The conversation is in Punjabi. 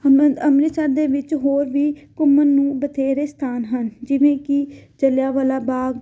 ਹਮੰ ਅੰਮ੍ਰਿਤਸਰ ਦੇ ਵਿੱਚ ਹੋਰ ਵੀ ਘੁੰਮਣ ਨੂੰ ਬਥੇਰੇ ਸਥਾਨ ਹਨ ਜਿਵੇਂ ਕਿ ਜਲ੍ਹਿਆਂਵਾਲਾ ਬਾਗ